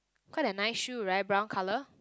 quite a nice shoe right brown colour